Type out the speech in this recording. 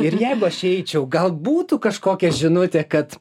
ir jeigu aš eičiau gal būtų kažkokia žinutė kad